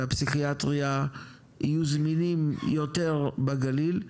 והפסיכיאטריה יהיו זמינים יותר בגליל.